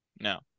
No